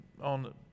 on